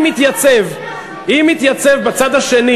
אם יתייצב בצד השני